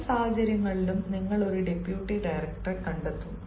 രണ്ട് സാഹചര്യങ്ങളിലും നിങ്ങൾ ഒരു ഡെപ്യൂട്ടി ഡയറക്ടറെ കണ്ടെത്തും